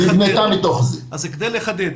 כדי לחדד,